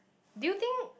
do you think